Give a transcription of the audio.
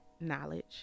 knowledge